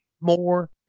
more